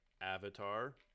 Avatar